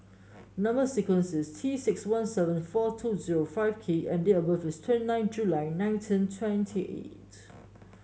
number sequence is T six one seven four two zero five K and date of birth is twenty nine July nineteen twenty eight